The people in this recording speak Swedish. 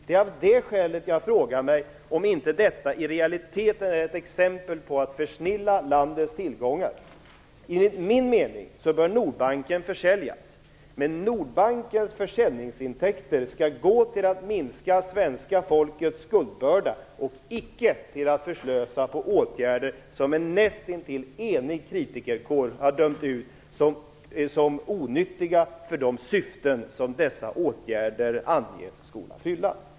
Det är av det skälet jag frågar mig om inte detta i realiteten är ett exempel på att försnilla landets tillgångar. Enligt min mening bör Nordbanken säljas. Men intäkterna från försäljningen skall gå till att minska svenska folkets skuldbörda och icke förslösas på åtgärder som en näst intill enig kritikerkår har dömt ut som onyttiga för de syften dessa åtgärder anges skola fylla.